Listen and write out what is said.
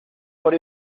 por